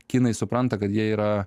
kinai supranta kad jie yra